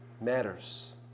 matters